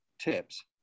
tips